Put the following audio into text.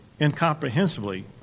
incomprehensibly